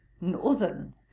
northern